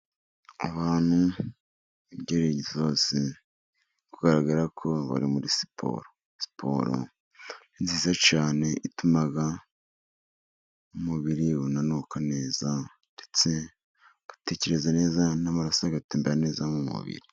Abantu b'ingeri zose, bigaragara ko bari muri siporo. Siporo ni nziza cyane, ituma umubiri unanuka neza, ndetse ugatekereza neza, n'amaraso agatembera neza mu mubiri.